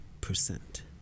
Percent